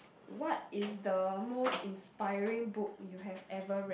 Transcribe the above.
what is the most inspiring book you have ever read